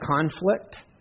conflict